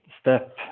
step